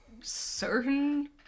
certain